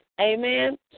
Amen